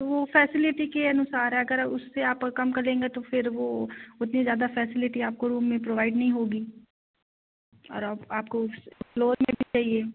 तो वह फैसिलिटी के अनुसार अगर उससे आप कम का लेंगे तो फिर वो उतनी ज़्यादा फैसिलिटी आपको रूम में प्रोवाइड नहीं होगी और आप आपको उस फ्लोर में भी चाहिए